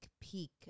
peek